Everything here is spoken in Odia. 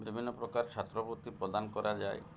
ବିଭିନ୍ନ ପ୍ରକାର ଛାତ୍ରବୃତ୍ତି ପ୍ରଦାନ କରାଯାଏ